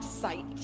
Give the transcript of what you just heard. sight